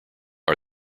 are